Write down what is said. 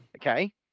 Okay